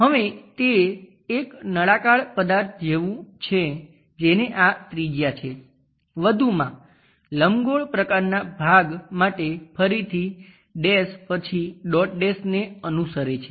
હવે તે એક નળાકાર પદાર્થ જેવું છે જેને આ ત્રિજ્યા છે વધુમાં લંબગોળ પ્રકારના ભાગ માટે ફરીથી ડેશ પછી ડોટ ડેશને અનુસરે છે